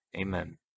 Amen